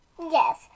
yes